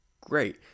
great